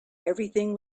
everything